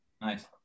Nice